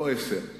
לא עשרה: